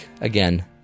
again